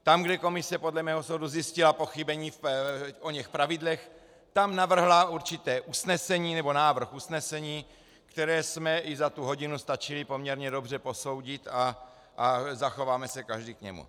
Tam, kde komise podle mého soudu zjistila pochybení v oněch pravidlech, tam navrhla určité usnesení, nebo návrh usnesení, které jsme i za tu hodinu stačili poměrně dobře posoudit a zachováme se každý k němu.